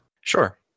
Sure